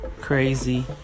crazy